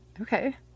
okay